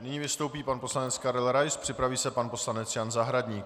Nyní vystoupí pan poslanec Karel Rais, připraví se pan poslanec Jan Zahradník.